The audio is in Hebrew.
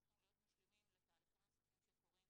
צריכים להיות משלימים לתהליכים נוספים שקורים